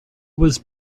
was